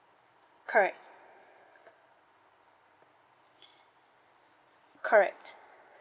correct correct